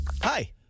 Hi